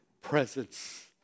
presence